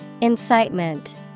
Incitement